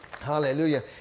Hallelujah